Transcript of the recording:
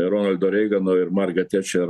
ronaldo reigano ir margaret tečer